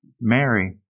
Mary